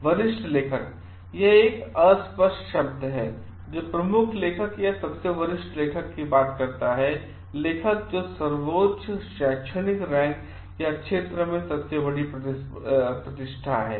वरिष्ठ लेखकयह एक अस्पष्ट शब्द है जो प्रमुख लेखक या सबसे वरिष्ठ की बात करता है लेखकजो सर्वोच्च शैक्षणिक रैंक या क्षेत्र में सबसे बड़ी प्रतिष्ठा है